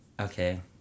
okay